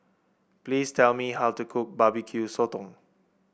please tell me how to cook Barbecue Sotong